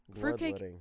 Fruitcake